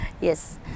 Yes